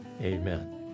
amen